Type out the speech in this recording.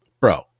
bro